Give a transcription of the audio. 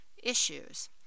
issues